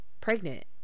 pregnant